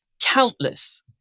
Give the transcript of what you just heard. countless